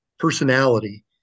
personality